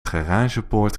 garagepoort